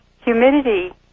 humidity